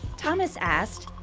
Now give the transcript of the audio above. thomas asked,